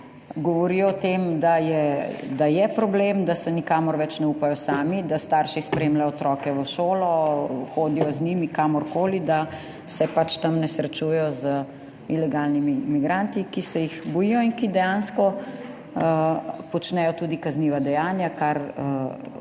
govorijo o tem, da je, da je problem, da se nikamor več ne upajo sami, da starši spremljajo otroke v šolo, hodijo z njimi kamorkoli, da se pač tam ne srečujejo z ilegalnimi migranti, ki se jih bojijo in ki dejansko počnejo tudi kazniva dejanja, kar